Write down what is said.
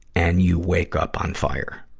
and you wake up on fire.